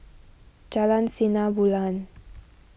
Jalan Sinar Bulan